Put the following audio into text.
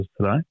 today